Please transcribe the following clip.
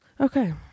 Okay